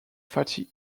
fatty